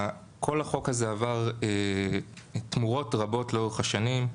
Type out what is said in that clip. כל החוק הזה עבר תמורות רבות לאורך השנים,